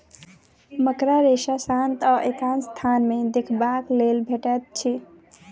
मकड़ा रेशा शांत आ एकांत स्थान मे देखबाक लेल भेटैत अछि